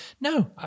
No